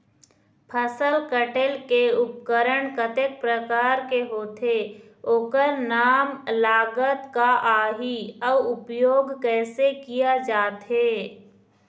फसल कटेल के उपकरण कतेक प्रकार के होथे ओकर नाम लागत का आही अउ उपयोग कैसे किया जाथे?